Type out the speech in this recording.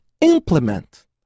implement